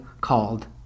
called